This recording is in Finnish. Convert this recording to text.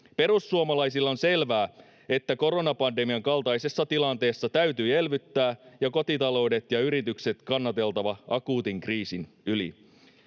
Perussuomalaisille on selvää, että koronapandemian kaltaisessa tilanteessa täytyi elvyttää ja kotitaloudet ja yritykset oli kannateltava akuutin kriisin yli.